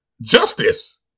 Justice